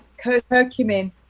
curcumin